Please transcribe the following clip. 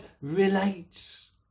relates